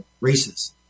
races